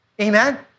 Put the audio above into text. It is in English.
Amen